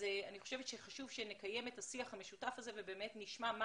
אני חושבת לכן שחשוב שנקיים את השיח המשותף הזה ונשמע מה